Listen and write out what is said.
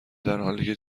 درحالیکه